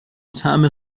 طعم